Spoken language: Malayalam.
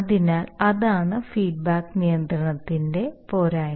അതിനാൽ അതാണ് ഫീഡ്ബാക്ക് നിയന്ത്രണത്തിന്റെ പോരായ്മ